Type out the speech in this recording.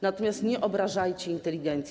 Natomiast nie obrażajcie inteligencji.